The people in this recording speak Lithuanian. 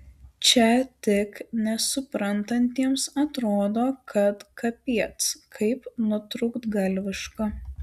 čia tik nesuprantantiems atrodo kad kapiec kaip nutrūktgalviška